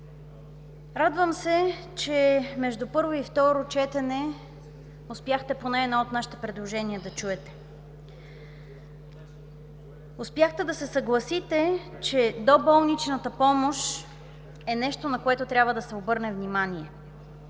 Радвам се, че между първо и второ четене успяхте поне едно от нашите предложения да чуете. Успяхте да се съгласите, че доболничната помощ е нещо, на което трябва да се обърне внимание,